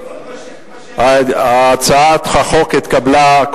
הצעת החוק התקבלה,